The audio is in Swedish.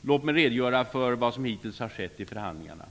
Låt mig redogöra för vad som hittills har skett i förhandlingarna.